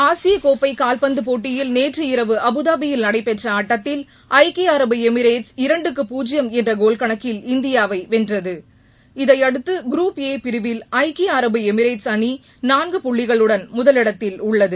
ஆசிய கோப்பை கால்பந்து போட்டியில் நேற்று இரவு அபுதாபியில் நடைபெற்ற ஆட்டத்தில் ஐக்கிய அரபு எமிரேட்ஸ் இரண்டுக்கு பூஜ்யம் என்ற கோல் கணக்கில் இந்தியாவை வென்றது இதையடுத்து குரூப் ஏ பிரிவில் ஐக்கிய அரபு எமிரேட்ஸ் அணி நான்கு புள்ளிகளுடன் முதலிடத்தில் உள்ளது